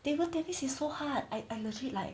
table tennis is so hard I legit like